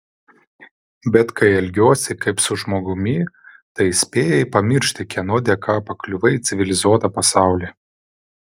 bet kai elgiuosi kaip su žmogumi tai spėjai pamiršti kieno dėka pakliuvai į civilizuotą pasaulį